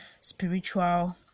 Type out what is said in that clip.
spiritual